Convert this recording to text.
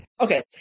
Okay